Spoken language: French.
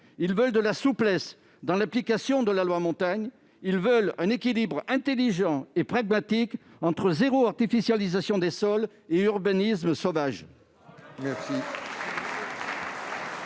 ils veulent de la souplesse dans l'application de la loi Montagne ; ils veulent un équilibre intelligent et pragmatique entre l'objectif de zéro artificialisation nette et un urbanisme sauvage.